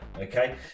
okay